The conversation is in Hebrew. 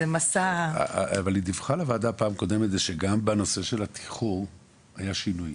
אבל היא דיווחה לוועדה בפעם הקודמת שגם בנושא של התמחור היה שינוי.